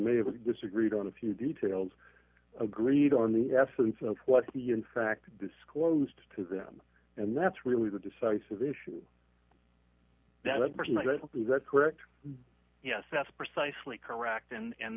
may have disagreed on a few details agreed on the essence of what he in fact disclosed to them and that's really the decisive issue that's correct yes that's precisely correct and